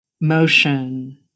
motion